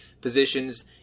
positions